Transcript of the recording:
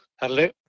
Hello